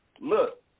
look